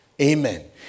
Amen